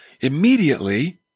immediately